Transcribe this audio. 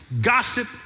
gossip